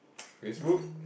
Facebook